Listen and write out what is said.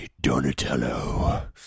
Donatello